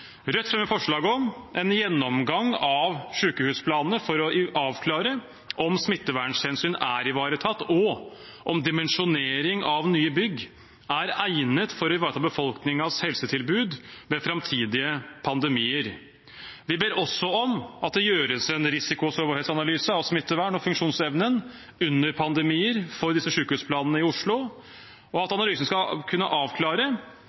Rødt fremmer forslag om en gjennomgang av sjukehusplanene for å avklare om smittevernhensyn er ivaretatt, og om dimensjonering av nye bygg er egnet til å ivareta befolkningens helsetilbud ved framtidige pandemier. Vi ber også om at det gjøres en risiko- og sårbarhetsanalyse av smittevern og funksjonsevnen under pandemier for disse sjukehusplanene i Oslo, og at analysen skal kunne avklare